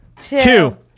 two